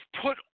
put